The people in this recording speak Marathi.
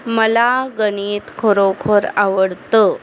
मला गणित खरोखर आवडतं